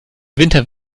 winter